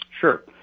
Sure